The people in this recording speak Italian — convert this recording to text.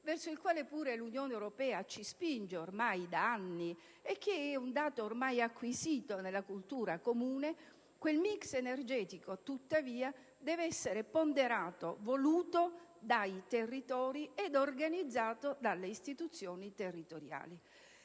verso il quale pure l'Unione europea ci spinge ormai da anni e che è un dato ormai acquisito nella cultura comune debba, tuttavia, essere ponderato, voluto dai territori ed organizzato dalle istituzioni territoriali.